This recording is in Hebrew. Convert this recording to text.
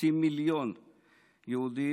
חצי מיליון יהודים,